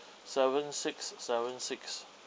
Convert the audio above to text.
seven six seven six